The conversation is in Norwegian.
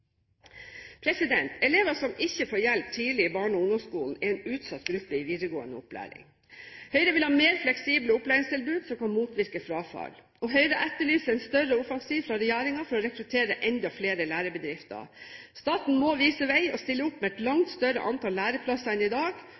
Elever som ikke får hjelp tidlig i barne- og ungdomsskolen, er en utsatt gruppe i videregående opplæring. Høyre vil ha mer fleksible opplæringstilbud, som kan motvirke frafall. Høyre etterlyser en større offensiv fra regjeringen for å rekruttere enda flere lærebedrifter. Staten må vise vei og stille opp med et langt større antall læreplasser enn i dag